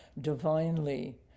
divinely